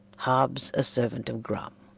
hobbs a servant of grum.